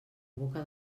boca